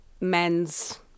men's